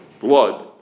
blood